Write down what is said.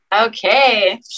Okay